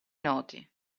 noti